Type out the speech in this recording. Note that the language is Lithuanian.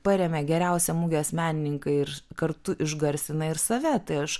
parėmė geriausią mugės menininką ir kartu išgarsina ir save tai aš